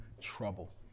trouble